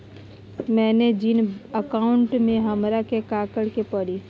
मैंने जिन अकाउंट में हमरा के काकड़ के परी?